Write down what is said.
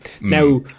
Now